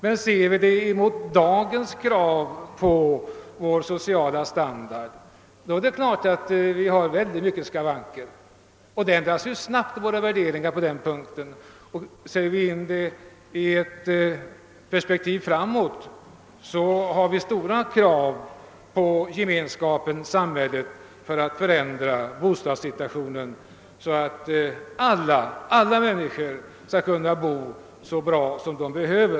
Men ser vi det emot dagens krav på vår sociala standard är det klart att vi har väldigt mycket skavanker. Våra vär deringar ändras ju snabbt i detta avseende. Ser vi detta i ett perspektiv framåt, har vi stora krav på gemenskapen i samhället för att förändra bostadssituationen, så att alla människor skall kunna bo så bra som de behöver.